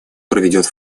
проведет